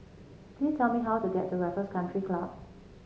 please tell me how to get to Raffles Country Club